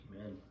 Amen